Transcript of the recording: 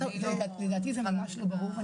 לדעתי זה ממש לא ברור.